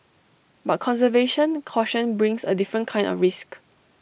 but conservation caution brings A different kind of risk